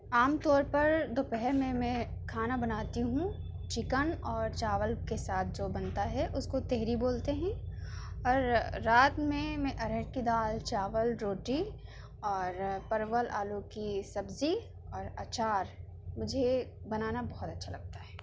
عام طور پر دوپہر میں میں کھانا بناتی ہوں چکن اور چاول کے ساتھ جو بنتا ہے اس کو تہری بولتے ہیں اور رات میں میں ارہر کی دال چاول روٹی اور پرول آلو کی سبزی اور اچار مجھے بنانا بہت اچھا لگتا ہے